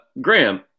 Graham